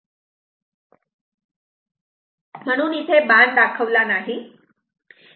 म्हणून इथे बाण दाखवला नाही